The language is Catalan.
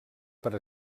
per